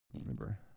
Remember